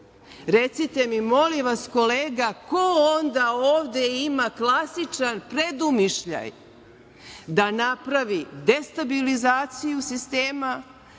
deli. Recite mi, molim vas, kolega, ko onda ovde ima klasičan predumišljaj da napravi destabilizaciju sistema